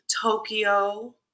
Tokyo